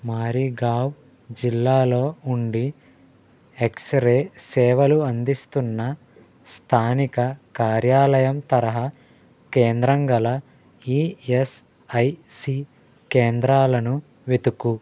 మారిగావ్ జిల్లాలో ఉండి ఎక్స్రే సేవలు అందిస్తున్న స్థానిక కార్యాలయం తరహా కేంద్రం గల ఈఎస్ఐసి కేంద్రాలను వెతుకు